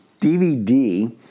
DVD